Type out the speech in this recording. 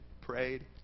prayed